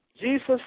Jesus